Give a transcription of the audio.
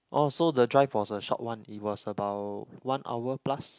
oh so the drive was a short one it was about one hour plus